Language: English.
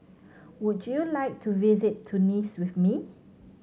would you like to visit Tunis with me